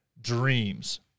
dreams